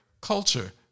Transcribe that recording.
culture